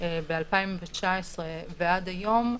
ב-2019 ועד היום,